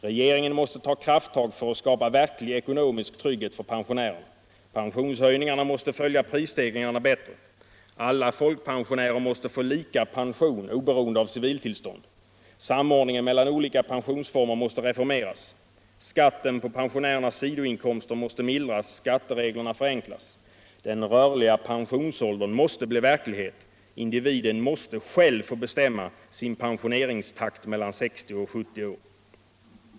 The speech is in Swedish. :Regeringen måste ta krafttag för att skapa verklig ekonomisk trygghet för pensionärerna. Pensionshöjningarna måste följa prisstegringarna bättre. Alla folkpensionärer måste få lika pension oberoende av civilstånd. Samordningen mellan olika pensionsformer måste reformeras. Skatten Allmänpolitisk debatt Allmänpolitisk debatt på pensionärernas sidoinkomster måste mildras, skattereglerna förenklas. Den rörliga pensionsåldern måste bli verklighet, individen måste själv få bestämma sin pensioneringstakt mellan 60 och 70 år.